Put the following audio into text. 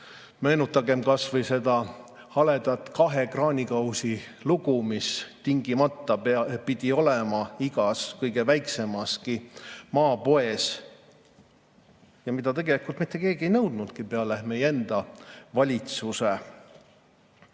Meenutagem kas või seda haledat kahe kraanikausi lugu, mis tingimata pidid olema igas kõige väiksemaski maapoes, aga mida tegelikult mitte keegi ei nõudnudki, peale meie enda valitsuse. Väga